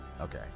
okay